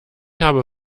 habe